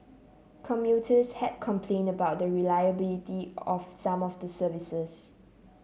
commuters had complained about the reliability of some of the services